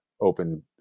open